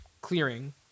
clearing